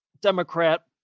Democrat